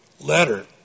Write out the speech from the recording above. letter